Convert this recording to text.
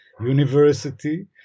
university